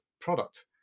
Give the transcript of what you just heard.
product